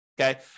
okay